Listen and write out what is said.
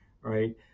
right